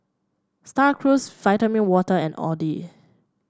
Star Cruise Vitamin Water and Audi